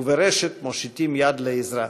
וברשת מושיטים יד לעזרה.